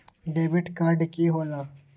Debit card की होला?